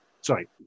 Sorry